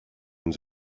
ens